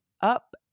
up